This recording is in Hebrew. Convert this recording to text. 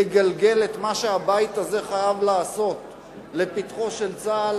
לגלגל את מה שהבית הזה חייב לעשות לפתחו של צה"ל